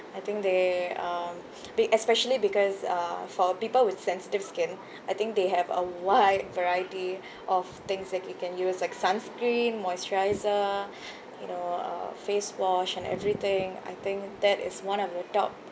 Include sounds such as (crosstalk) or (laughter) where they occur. I think they um be~ especially because uh for people with sensitive skin I think they have a wide variety of things that you can use like sunscreen moisturiser (breath) you know uh face wash and everything I think that is one of the top